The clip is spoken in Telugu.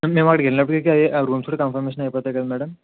మ్యామ్ మేము అక్కడికి వెళ్లినప్పటికి అవి ఆ రూమ్స్ కూడ కన్ఫర్మేషన్ అయిపోతాయి కదా మేడమ్